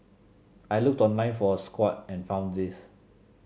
I looked online for a squat and found this